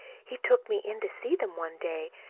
he took me in to see them one day.